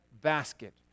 basket